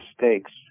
mistakes